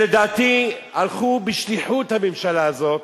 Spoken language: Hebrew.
שלדעתי הלכו בשליחות הממשלה הזאת,